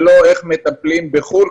על איך מטפלים בחו"ל,